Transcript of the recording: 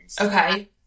Okay